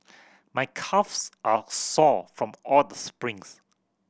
my calves are sore from all the sprints